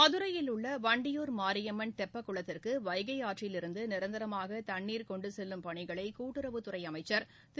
மதுரையில் உள்ளவண்டியூர் மாரியம்மன் தெப்பக் குளத்திற்குவைகைஆற்றில் இருந்துநிரந்தரமாகதண்ணீர் கொண்டுசெல்லும் பணிகளைகூட்டுறவுத்துறைஅமைச்சர் திரு